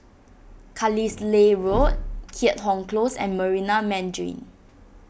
Carlisle Road Keat Hong Close and Marina Mandarin